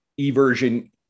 eversion